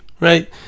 Right